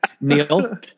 Neil